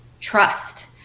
trust